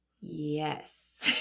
yes